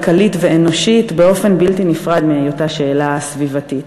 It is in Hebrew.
כלכלית ואנושית באופן בלתי נפרד מהיותה שאלה סביבתית.